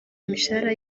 imishahara